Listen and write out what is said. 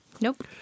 Nope